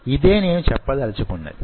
ఇదే నేను చెప్పదలుచుకున్నది